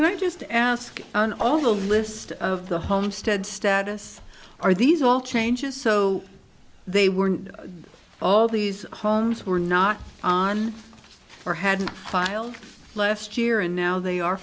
and i just ask on all the list of the homestead status are these all changes so they were all these columns were not on or hadn't filed last year and now they are